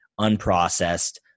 unprocessed